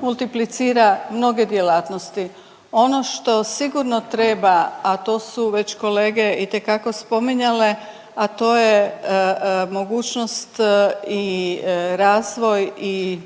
multiplicira mnoge djelatnosti. Ono što sigurno treba, a to su već kolege itekako spominjale, a to je mogućnost i razvoj i